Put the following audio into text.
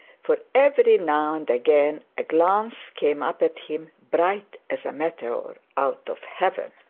for every now and again a glance came up at him, bright as a meteor out of heaven.